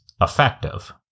effective